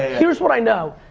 here's what i know.